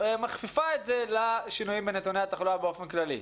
מכפיפה את זה לשינויים בנתוני התחלואה באופן כללי.